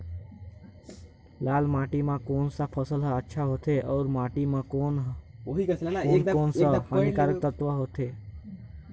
लाल माटी मां कोन सा फसल ह अच्छा होथे अउर माटी म कोन कोन स हानिकारक तत्व होथे?